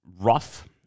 rough